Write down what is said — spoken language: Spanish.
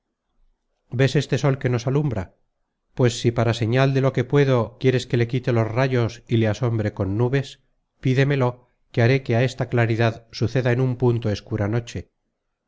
ves este sol que nos alumbra pues si para señal de lo que puedo quieres que le quite los rayos y le asombre con nubes pídemelo que haré que á esta claridad suceda en un punto escura noche